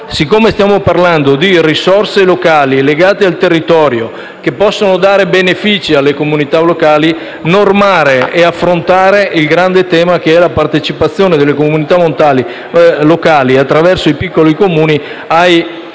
siccome stiamo parlando di risorse locali legate al territorio, che possono dare benefici alle comunità locali, normare e affrontare il grande tema della partecipazione delle comunità locali, attraverso i piccoli Comuni, ai benefici